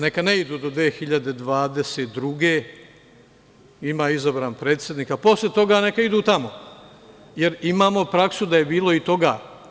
Neka ne idu do 2022. godine, ima izabran predsednik, a posle toga neka idu tamo, jer imamo praksu da je bilo i toga.